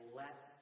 less